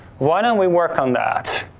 why don't we work on that?